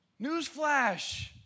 Newsflash